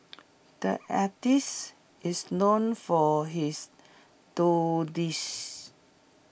the artists is known for his doodles